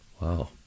Wow